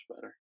better